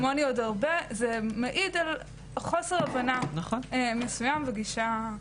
זה מעיד על חוסר הבנה מסוים וגישה מסוימת.